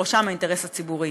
בראשם האינטרס הציבורי.